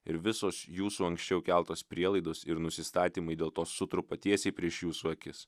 ir visos jūsų anksčiau keltos prielaidos ir nusistatymai dėl to sutrupa tiesiai prieš jūsų akis